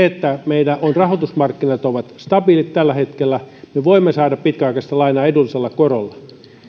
että meidän rahoitusmarkkinamme ovat stabiilit tällä hetkellä me voimme saada pitkäaikaista lainaa edullisella korolla